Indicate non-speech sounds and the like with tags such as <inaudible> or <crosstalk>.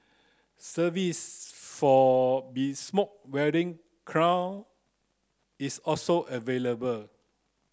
<unintelligible> for bespoke wedding <unintelligible> is also available